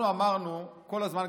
אנחנו אמרנו כל הזמן,